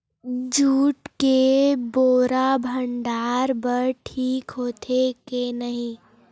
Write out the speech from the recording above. Jute के बोरा भंडारण बर ठीक होथे के नहीं?